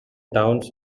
towns